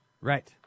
Right